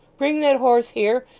bring that horse here,